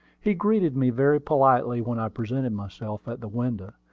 he greeted me very politely when i presented myself at the window,